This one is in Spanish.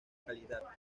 calidad